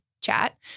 chat